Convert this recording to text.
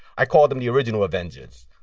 i called them the original avengers,